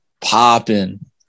popping